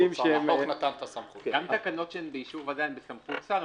גם תקנות שהן באישור ועדה, הן בסמכות שר.